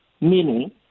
Meaning